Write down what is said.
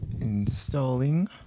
Installing